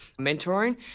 mentoring